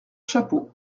chapeau